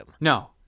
No